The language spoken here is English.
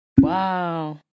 Wow